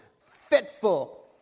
fitful